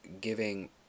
giving